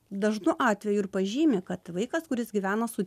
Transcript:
dažnu atveju ir pažymi kad vaikas kuris gyvena su